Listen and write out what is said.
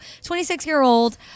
26-year-old